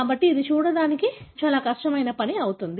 కాబట్టి ఇది చూడటానికి చాలా కష్టమైన పని అవుతుంది